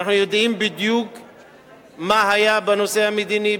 ואנחנו יודעים מה היה בנושא המדיני,